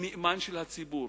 היא נאמן של הציבור.